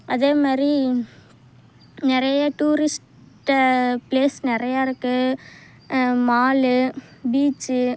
அதேமாரி நிறைய tourist place நிறையா இருக்குது மாலு பீச்சு